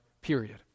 period